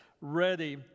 ready